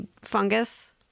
fungus